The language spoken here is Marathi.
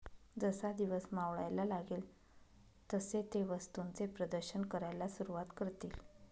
जसा दिवस मावळायला लागेल तसे ते वस्तूंचे प्रदर्शन करायला सुरुवात करतील